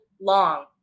long